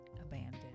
abandoned